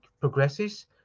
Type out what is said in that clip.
progresses